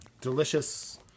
Delicious